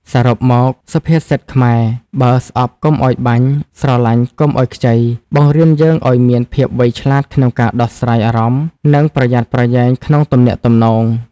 សរុបមក សុភាសិតខ្មែរ "បើស្អប់កុំឲ្យបាញ់ ស្រឡាញ់កុំឲ្យខ្ចី" បង្រៀនយើងឲ្យមានភាពវៃឆ្លាតក្នុងការដោះស្រាយអារម្មណ៍ និងប្រយ័ត្នប្រយែងក្នុងទំនាក់ទំនង។